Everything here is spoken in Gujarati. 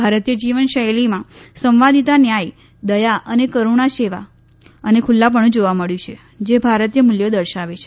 ભારતીય જીવનશૈલીમાં સંવાદિતા ન્યાય દયા અને કરૂણા સેવા અને ખુલ્લાપણું જોવા મળે છે જે ભારતીય મૂલ્યો દર્શાવે છે